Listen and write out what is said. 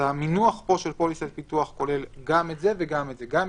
המינוח של פוליסת ביטוח כולל גם את השב"ן